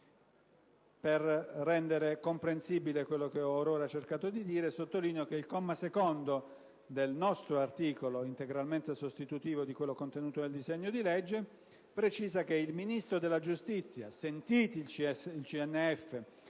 Per rendere più comprensibile ciò che ho appena cercato di spiegare, sottolineo che il comma 2 del nostro articolo, integralmente sostitutivo di quello contenuto nel disegno di legge, precisa che il Ministro della giustizia, sentiti il CNF,